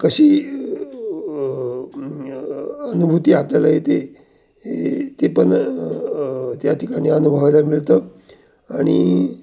कशी अनुभूती आपल्याला येते हे ते पण त्या ठिकाणी अनुभवायला मिळतं आणि